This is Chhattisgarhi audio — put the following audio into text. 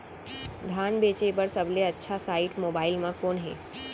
धान बेचे बर सबले अच्छा साइट मोबाइल म कोन हे?